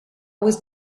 was